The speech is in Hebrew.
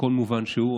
בכל מובן שהוא,